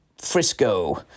Frisco